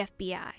FBI